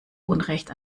unrecht